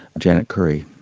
janet currie.